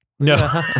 No